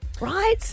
Right